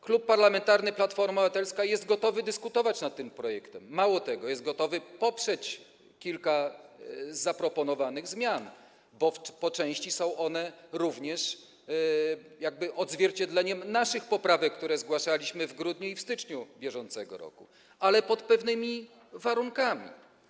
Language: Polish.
Klub Parlamentarny Platforma Obywatelska jest gotowy dyskutować nad tym projektem, mało tego, jest gotowy poprzeć kilka zaproponowanych zmian, bo po części są one również odzwierciedleniem naszych poprawek, które zgłaszaliśmy w grudniu i w styczniu br., ale pod pewnymi warunkami.